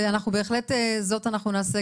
ואנחנו בהחלט זאת אנחנו נעשה.